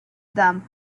them